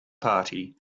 party